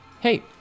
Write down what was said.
Hey